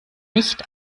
nicht